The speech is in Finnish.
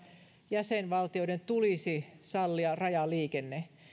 jäsenvaltioiden tulisi sallia rajaliikenne